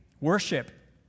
worship